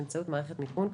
באמצעות מערכת מיכון,